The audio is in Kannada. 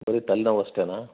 ಬರಿ ತಲೆನೋವು ಅಷ್ಟೇನಾ